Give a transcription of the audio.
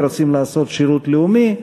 ורוצים לעשות שירות לאומי.